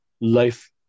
Life